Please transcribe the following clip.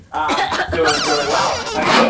doing really well. how you yeah